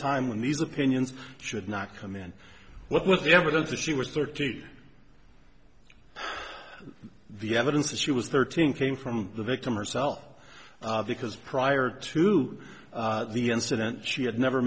time when these opinions should not come in what was the evidence that she was thirteen the evidence that she was thirteen came from the victim herself because prior to the incident she had never